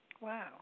Wow